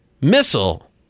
Missile